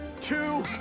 two